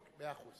מאה אחוז.